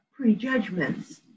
prejudgments